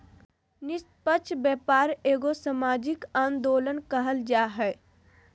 निस्पक्ष व्यापार एगो सामाजिक आंदोलन कहल जा हइ